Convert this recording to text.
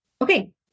okay